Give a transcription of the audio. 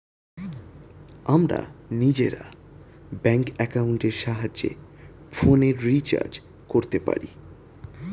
আমরা নিজেরা ব্যাঙ্ক অ্যাকাউন্টের সাহায্যে ফোনের রিচার্জ করতে পারি